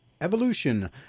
evolution